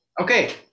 Okay